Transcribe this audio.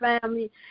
family